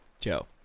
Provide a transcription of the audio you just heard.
Joe